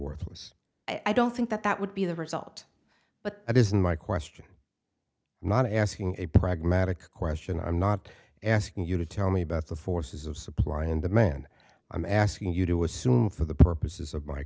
worthless i don't think that that would be the result but it isn't my question not asking a pragmatic question i'm not asking you to tell me about the forces of supply and demand i'm asking you to assume for the purposes of my